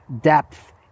depth